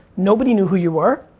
nobody knew who you were,